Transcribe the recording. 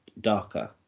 darker